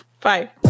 Bye